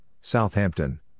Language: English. Southampton